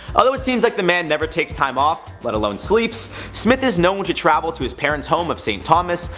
although it seems like the man never takes time off, let alone sleeps, smith is known to travel to his parents home of st. thomas,